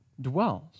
dwells